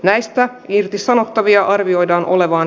näistä irtisanottavia arvioidaan olevan